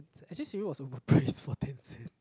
actually cereal was overpriced for ten cents